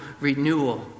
renewal